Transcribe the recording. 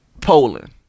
Poland